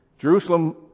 Jerusalem